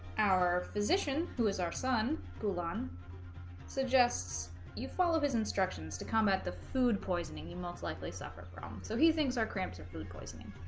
our physician who is our son gulen suggests you follow his instructions to come at the food poisoning you most likely suffer from so he thinks our cramps are food poisoning